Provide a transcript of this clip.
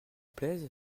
plaisent